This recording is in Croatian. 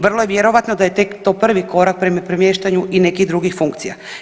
Vrlo je vjerojatno da je tek to prvi korak prema premještanju i nekih drugih funkcija.